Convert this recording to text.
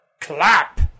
Clap